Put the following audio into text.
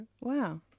Wow